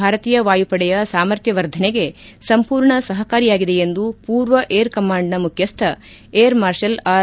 ಭಾರತೀಯ ವಾಯುಪಡೆಯ ಸಾಮರ್ಥ್ಯ ವರ್ಧನೆಗೆ ಸಂಪೂರ್ಣ ಸಹಕಾರಿಯಾಗಿದೆ ಎಂದು ಪೂರ್ವ ಏರ್ ಕಮಾಂಡ್ನ ಮುಖ್ಯಸ್ನ ಏರ್ ಮಾರ್ಷಲ್ ಆರ್